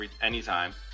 Anytime